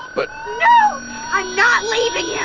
but no! i'm not leaving yeah